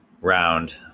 round